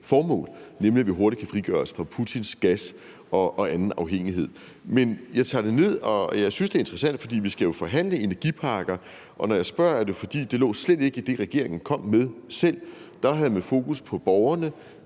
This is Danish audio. nemlig at vi hurtigere kan frigøre os fra Putins gas og andet, som vi er afhængige af. Men jeg tager det ned, og jeg synes, det er interessant, for vi skal jo forhandle energiparker. Og når jeg spørger, er det jo, fordi det slet ikke lå i det, regeringen selv kom med. Der havde man fokus på borgerne,